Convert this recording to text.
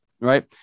right